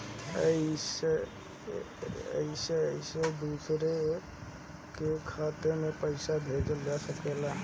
कईसे कईसे दूसरे के खाता में पईसा भेजल जा सकेला?